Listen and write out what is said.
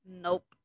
Nope